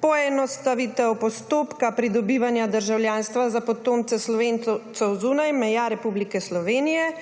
poenostavitev postopka pridobivanja državljanstva za potomce Slovencev zunaj meja Republike Slovenije;